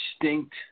distinct